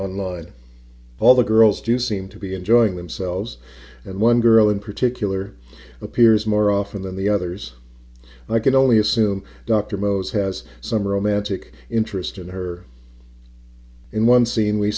online all the girls do seem to be enjoying themselves and one girl in particular appears more often than the others i can only assume dr mo's has some romantic interest in her in one scene we